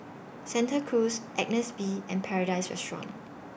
Santa Cruz Agnes B and Paradise Restaurant